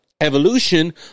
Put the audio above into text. evolution